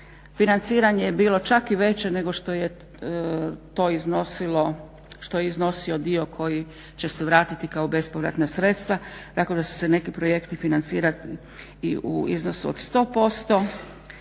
financiranje je bilo čak i veće nego što je to iznosio dio koji će se vratiti kao bespovratna sredstva. Tako da će se neki projekti financirati i u iznosu od 100%.